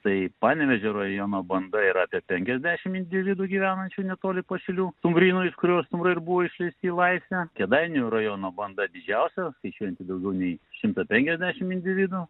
tai panevėžio rajono banda yra apie penkiasdešimt individų gyvenančių netoli pašilių stumbryno iš kurio stumbrai ir buvo išleisti į laisvę kėdainių rajono banda didžiausia skaičiuojanti daugiau nei šimtą penkiasdešimt individų